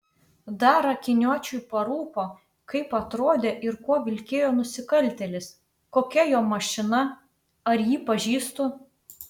dar akiniuočiui parūpo kaip atrodė ir kuo vilkėjo nusikaltėlis kokia jo mašina ar jį pažįstu